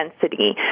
density